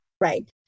right